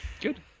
Good